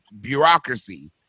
bureaucracy